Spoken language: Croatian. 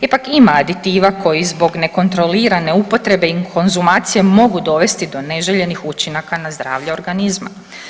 Ipak, ima aditiva koji zbog nekontrolirane upotrebe i konzumacije mogu dovesti do neželjenih učinaka na zdravlje organizma.